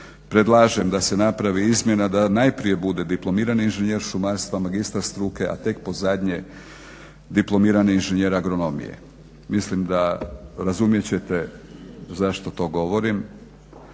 predlažem da se napravi izmjena da najprije bude dipl. inženjer šumarstva, magistar struke, a tek pod zadnje diplomirani inženjer agronomije. Mislim da razumjeti ćete zašto to govorim,